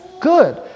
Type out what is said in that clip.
Good